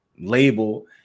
label